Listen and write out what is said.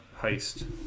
heist